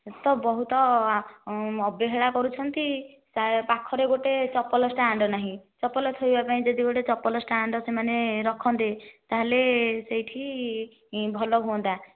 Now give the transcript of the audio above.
ଇଏ ତ ବହୁତ ଅବହେଳା କରୁଛନ୍ତି ତା ପାଖରେ ଗୋଟିଏ ଚପଲ ଷ୍ଟାଣ୍ଡ ନାହିଁ ଚପଲ ଥୋଇବା ପାଇଁ ଯଦି ଗୋଟିଏ ଚପଲ ଷ୍ଟାଣ୍ଡ ସେମାନେ ରଖନ୍ତେ ତାହେଲେ ସେହିଠି ଭଲ ହୁଅନ୍ତା